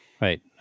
Right